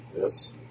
Yes